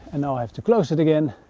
and now i have to close it again,